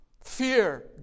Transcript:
Fear